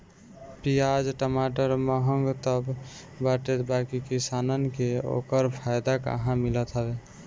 पियाज टमाटर महंग तअ बाटे बाकी किसानन के ओकर फायदा कहां मिलत हवे